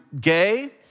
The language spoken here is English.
gay